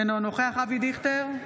אינו נוכח אבי דיכטר,